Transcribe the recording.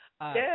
Yes